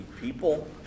people